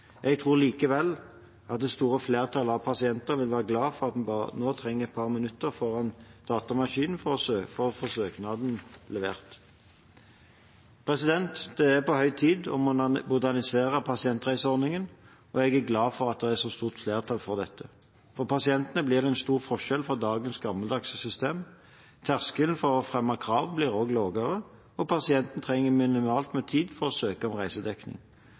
Jeg tror likevel at det store flertallet av pasienter vil være glade for at en nå bare trenger et par minutter foran datamaskinen for å få søknaden levert. Det er på høy tid å modernisere pasientreiseordningen, og jeg er glad for at det er så stort flertall for dette. For pasientene blir det en stor forskjell fra dagens gammeldagse system. Terskelen for å fremme krav blir også lavere, og pasientene trenger minimalt med tid for å søke om reisedekning.